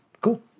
Cool